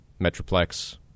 Metroplex